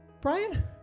Brian